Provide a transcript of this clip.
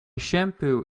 shampoo